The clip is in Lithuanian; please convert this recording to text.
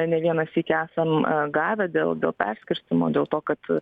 ne vieną sykį esam gavę dėl dėl perskirstymo dėl to kad